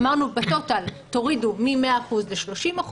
אמרנו בטוטל: תורידו מ-100% ל-30%.